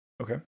Okay